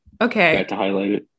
okay